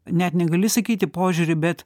net negali sakyti požiūrį bet